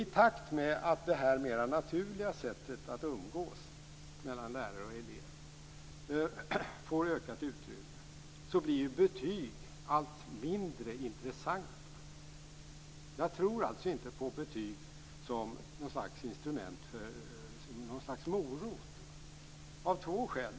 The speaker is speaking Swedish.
I takt med att det här mer naturliga sättet att umgås mellan lärare och elev får ökat utrymme blir betyg allt mindre intressanta. Jag tror alltså inte på betyg som något slags morot av två skäl.